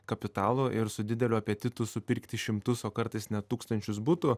kapitalu ir su dideliu apetitu supirkti šimtus o kartais net tūkstančius butų